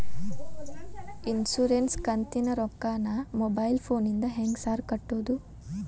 Insurance ಕಂತಿನ ರೊಕ್ಕನಾ mobile ಫೋನಿಂದ ಹೆಂಗ್ ಸಾರ್ ಕಟ್ಟದು?